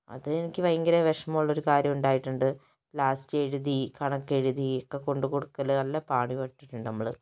അതെനിക്ക് ഭയങ്കര വിഷമമുള്ളൊരു കാര്യം ഉണ്ടായിട്ടുണ്ട് ലാസ്റ്റ് എഴുതി കണക്ക് എഴുതി കൊണ്ട് കൊടുക്കൽ നല്ല പാട് പെട്ടിട്ടുണ്ട് നമ്മൾ